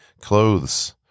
clothes